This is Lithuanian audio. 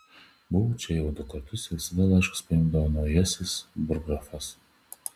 buvau čia jau du kartus ir visada laiškus paimdavo naujasis burggrafas